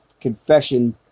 confession